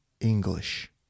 English